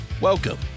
Welcome